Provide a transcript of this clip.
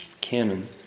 canon